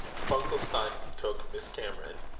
funkelstein took miss cameron,